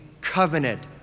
covenant